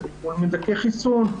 זה כמובן מדכא חיסון,